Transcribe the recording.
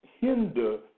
hinder